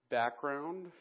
background